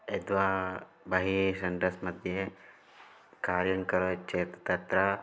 यद् वा बहिः सेण्टर्स् मध्ये कार्यं करोति चेत् तत्र